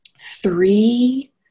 three